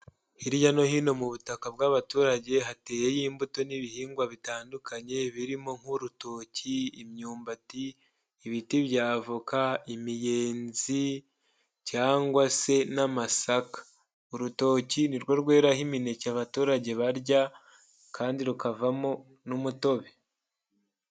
Hirya no hino mu butaka bw'abaturage hateyeyo imbuto n'ibihingwa bitandukanye birimo: nk'urutoki, imyumbati, ibiti bya avoka, imiyenzi cyangwa se n'amasaka. Urutoki ni rwo rweraho imineke abaturage barya kandi rukavamo n'umutobe.